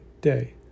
day